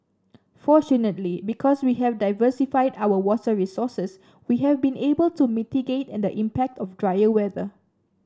fortunately because we have diversified our water resources we have been able to mitigate and the impact of drier weather